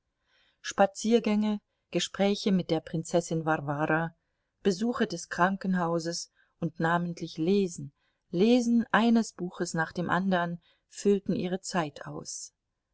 spaziergänge gespräche mit der prinzessin warwara besuche des krankenhauses und namentlich lesen lesen eines buches nach dem andern füllten ihre zeit aus